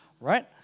right